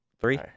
three